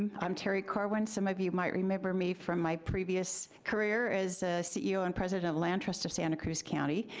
i'm terry corwin. some of you might remember me from my previous career as ceo and president of land trust of santa cruz county.